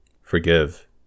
Forgive